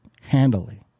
handily